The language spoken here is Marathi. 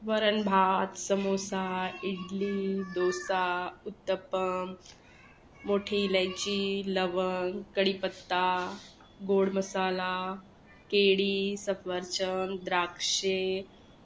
वरण भात समोसा इडली डोसा उत्तपम मोठी इलायची लवंग कडीपत्ता गोड मसाला केळी सफरचंद द्राक्षे